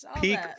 peak